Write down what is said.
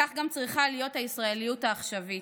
כך גם צריכה להיות הישראליות העכשווית,